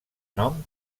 nom